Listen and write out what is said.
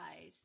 eyes